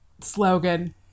slogan